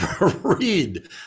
read